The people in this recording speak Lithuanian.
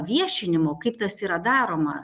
viešinimo kaip tas yra daroma